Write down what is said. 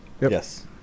Yes